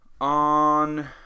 On